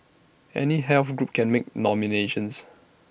any health group can make nominations